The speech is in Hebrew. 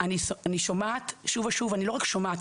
אני שומעת שוב ושוב אני לא רק שומעת,